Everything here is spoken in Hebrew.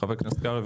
חבר הכנסת קרעי,